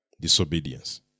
disobedience